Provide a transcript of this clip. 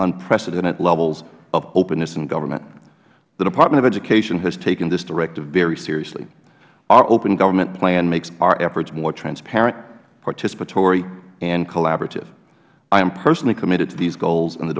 unprecedented levels of openness in government the department of education has taken this directive very seriously our open government plan makes our efforts more transparent participatory and collaborative i am personally committed to these goals and the